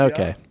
Okay